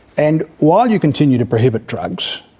and while you continue to prohibit drugs,